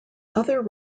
other